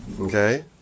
Okay